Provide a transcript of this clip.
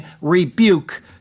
rebuke